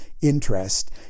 interest